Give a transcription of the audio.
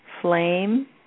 flame